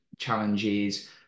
challenges